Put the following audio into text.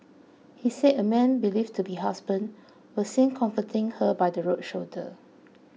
he said a man believed to be husband was seen comforting her by the road shoulder